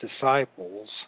disciples